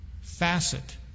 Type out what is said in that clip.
facet